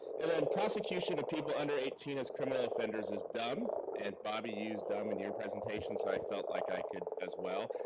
and then prosecution to people under eighteen as criminal offenders is dumb and bobby used dumb in your presentation, so i felt like i could as well.